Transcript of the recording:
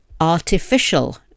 Artificial